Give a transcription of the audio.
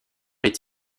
est